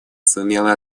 сумела